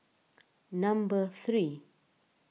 number three